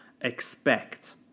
expect